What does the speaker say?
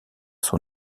son